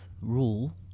rule